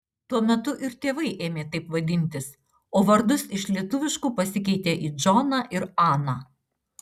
tuo metu ir tėvai ėmė taip vadintis o vardus iš lietuviškų pasikeitė į džoną ir aną